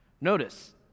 Notice